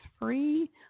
free